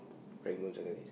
Rangoon secondary school